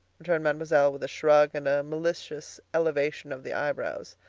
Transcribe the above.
returned mademoiselle, with a shrug and a malicious elevation of the eyebrows.